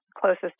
closest